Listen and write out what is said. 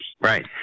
Right